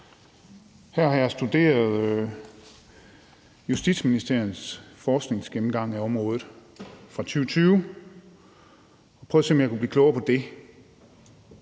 Her har jeg studeret Justitsministeriets forskningsgennemgang af området fra 2020 og prøvet at se, om jeg